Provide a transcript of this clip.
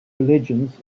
religions